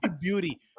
beauty